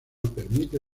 permite